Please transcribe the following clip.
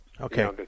Okay